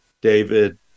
David